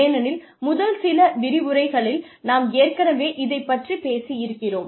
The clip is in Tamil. ஏனெனில் முதல் சில விரிவுரைகளில் நாம் ஏற்கனவே இதைப் பற்றிப் பேசி இருக்கிறோம்